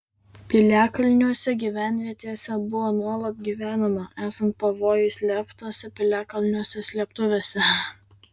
piliakalniuose gyvenvietėse buvo nuolat gyvenama esant pavojui slėptasi piliakalniuose slėptuvėse